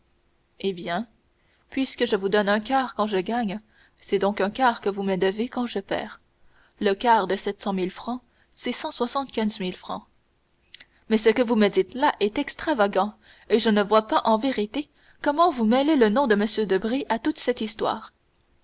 eh bien puisque je vous donne un quart quand je gagne c'est donc un quart que vous me devez quand je perds le quart de sept cent mille francs c'est cent soixante-quinze mille francs mais ce que vous me dites là est extravagant et je ne vois pas en vérité comment vous mêlez le nom de m debray à toute cette histoire